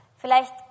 Vielleicht